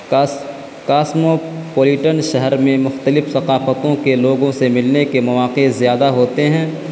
کاس cosmopolitan شہر میں مختلف ثقافتوں کے لوگوں سے ملنے کے مواقع زیادہ ہوتے ہیں